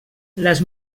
les